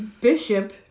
Bishop